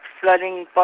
flooding